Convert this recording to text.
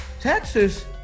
Texas